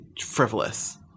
frivolous